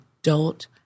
adult